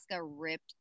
ripped